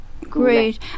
Great